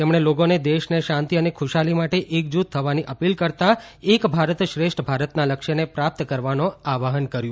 તેમણે લોકોને દેશને શાંતિ અને ખુશાલી માટે એકજૂથ થવાની અપીલ કરતાં એક ભારત શ્રેષ્ઠ ભારતના લક્ષ્યને પ્રાપ્ત કરવાનો આહવાન કર્યું